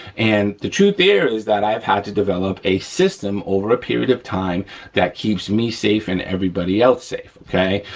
and the truth there is that i've had to develop a system over a period of time that keeps me safe and everybody else safe, okay?